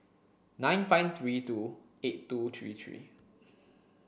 nine five three two eight two three three